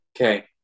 Okay